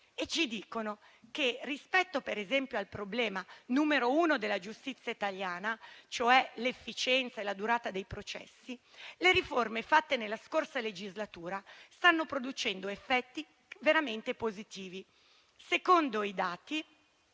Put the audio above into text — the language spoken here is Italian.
e ci dicono che, ad esempio, rispetto al problema numero uno della giustizia italiana, cioè l'efficienza e la durata processi, le riforme fatte nella scorsa legislatura stanno producendo effetti veramente positivi. Secondo i dati